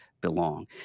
belong